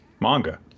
manga